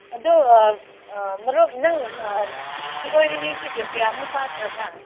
ꯑꯗꯨ ꯃꯔꯨꯞ ꯅꯪ ꯑꯥ ꯁꯤꯔꯣꯏ ꯂꯤꯂꯤꯁꯤ ꯀꯌꯥꯃꯨꯛ ꯀꯥꯈ꯭ꯔꯕ